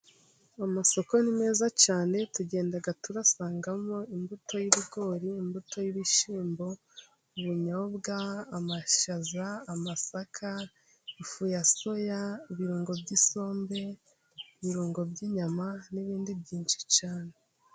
Amasoko ni meza cyane, vtugenda turasangamo imbuto y'ibigori, imbuto y'ibishyimbo, ubunyobwa, amashaza, amasaka, ifuya soya, ibirungo by'isombe, ibirungo by'inyama, n'ibindi byinshi cyane.